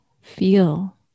feel